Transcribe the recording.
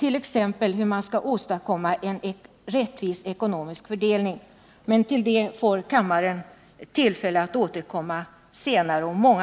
när det gäller hur man skall åstadkomma en rättvis ekonomisk fördelning. Men till det får kammarens ledamöter många gånger tillfälle att återkomma senare.